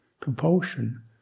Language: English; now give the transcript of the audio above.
compulsion